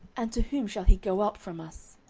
and to whom shall he go up from us?